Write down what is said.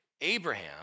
Abraham